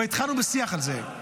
כבר התחלנו בשיח על זה.